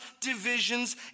divisions